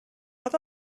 what